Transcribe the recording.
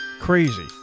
Crazy